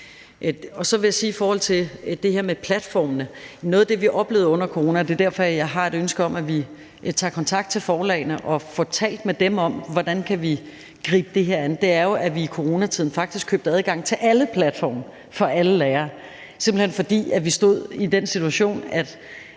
det her med platformene, at noget af det, vi oplevede i coronatiden – og det er derfor, jeg har et ønske om, at vi tager kontakt til forlagene og får talt med dem om, hvordan vi kan gribe det her an – jo faktisk var, at vi købte adgang til alle platforme for alle lærere, simpelt hen fordi vi stod i den situation,